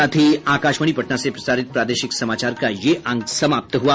इसके साथ ही आकाशवाणी पटना से प्रसारित प्रादेशिक समाचार का ये अंक समाप्त हुआ